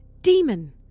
DEMON